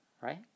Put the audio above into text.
right